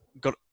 got